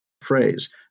phrase